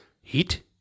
Heat